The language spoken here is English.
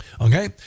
Okay